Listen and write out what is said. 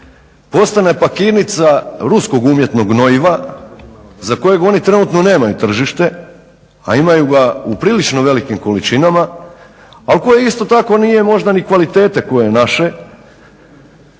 postane pakirnica ruskog umjetnog gnojiva za kojeg oni trenutno nemaju tržište a imaju ga u prilično velikim količinama al koje isto tako nije ni kvalitete koje je